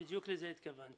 בדיוק לזה התכוונתי.